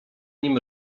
nim